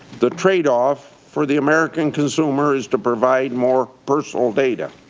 the tradeoff for the american consumer is to provide more personal data.